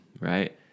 right